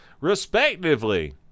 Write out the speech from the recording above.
respectively